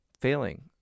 failing